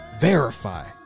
verify